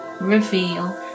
reveal